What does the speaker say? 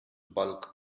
bulk